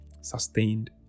sustained